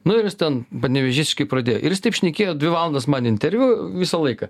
nu ir jis ten panevėžiškiai pradėjo ir taip šnekėjo dvi valandas man interviu visą laiką